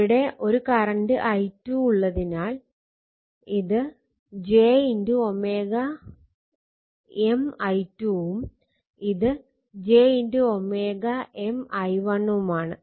ഇവിടെ ഒരു current i2 ഉള്ളതിനാൽ ഇത് j M i2 ഉം ഇത് j M i1 ആണ്